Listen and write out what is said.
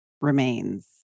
remains